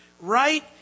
right